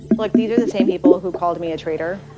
like these are the same people who called me a traitor.